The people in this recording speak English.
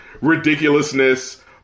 ridiculousness